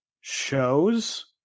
shows